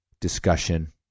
discussion